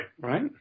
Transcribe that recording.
right